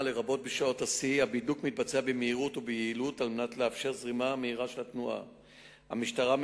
2. מה ייעשה כדי למנוע את יצירת הפקקים